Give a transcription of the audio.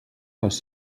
les